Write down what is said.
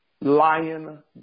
Lion